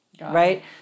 right